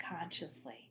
consciously